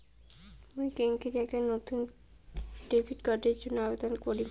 মুই কেঙকরি একটা নতুন ডেবিট কার্ডের জন্য আবেদন করিম?